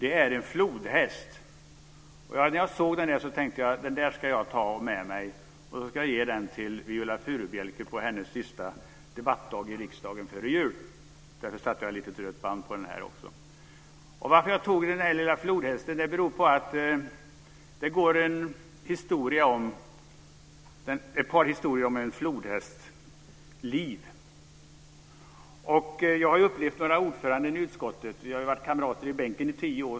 Det är en flodhäst. När jag såg den tänkte jag att jag skulle ta den med mig och ge den till Viola Furubjelke under hennes sista debattdag i riksdagen före jul. Därför satte jag ett litet rött band på den. Anledningen till att jag tog med denna lilla flodhäst är att det går ett par historier om en flodhästs liv. Jag har upplevt några ordföranden i utskottet.